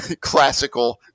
classical